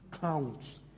counts